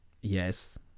Yes